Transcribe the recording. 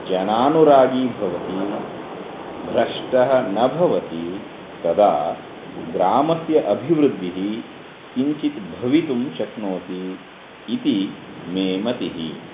जनानुरागी भवति भ्रष्टः न भवति तदा ग्रामस्य अभिवृद्धिः किञ्चित् भवितुं शक्नोति इति मे मतिः